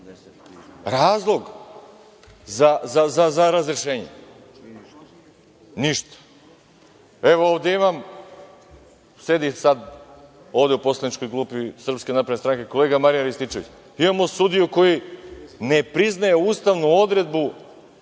Razlog za razrešenje. Ništa. Evo, ovde imam, sedi sad ovde u poslaničkoj klupi SNS, kolega Marijan Rističević, imamo sudiju koji ne priznaje ustavnu odredbu